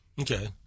Okay